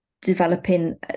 developing